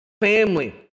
family